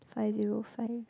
five zero five